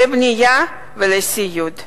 לבנייה ולסיעוד.